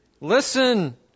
Listen